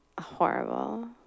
Horrible